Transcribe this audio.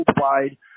worldwide